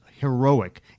heroic